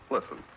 Listen